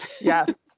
Yes